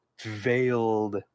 veiled